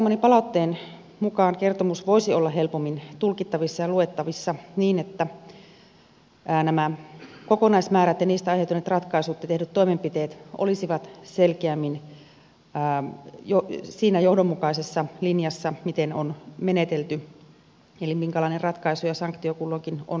saamani palautteen mukaan kertomus voisi olla helpommin tulkittavissa ja luettavissa niin että nämä kokonaismäärät ja niistä aiheutuneet ratkaisut ja tehdyt toimenpiteet olisivat selkeämmin siinä johdonmukaisessa linjassa miten on menetelty eli minkälainen ratkaisu ja sanktio kulloinkin on kyseessä